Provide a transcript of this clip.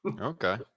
Okay